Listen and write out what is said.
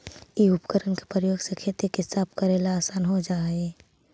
इ उपकरण के प्रयोग से खेत के साफ कऽरेला असान हो जा हई